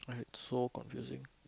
like so confusing